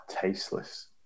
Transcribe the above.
tasteless